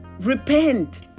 repent